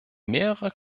mehrere